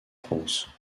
france